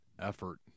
effort